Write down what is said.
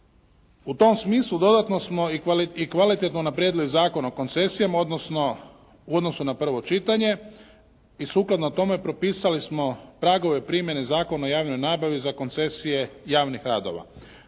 U tom smislu dodatno smo i kvalitetno unaprijedili Zakon o koncesijama u odnosu na prvo čitanje i sukladno tome propisali smo pragove primjene Zakona o javnoj nabavi za koncesije javnih radova.